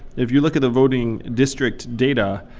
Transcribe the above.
if you look at the voting district data,